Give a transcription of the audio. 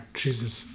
jesus